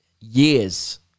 years